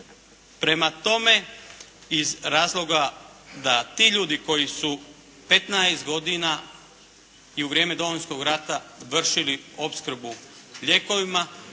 Prema tome, iz razloga da ti ljudi koji su 15 godina i u vrijeme Domovinskog rata vršili opskrbu lijekovima